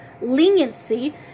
leniency